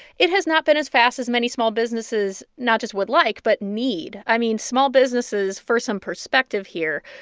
it has not been as fast as many small businesses not just would like but need i mean, small businesses, for some perspective here,